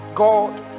God